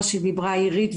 מה שדיברה עירית,